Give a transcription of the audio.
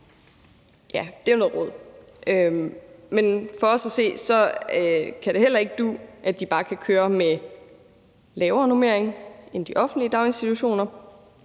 Det er jo noget rod. Men for os at se kan det heller ikke du, at de bare kan køre med lavere normering end de offentlige daginstitutioner